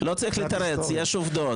לא צריך לתרץ, יש עובדות.